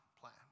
plan